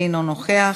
אינו נוכח,